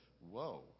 whoa